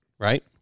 Right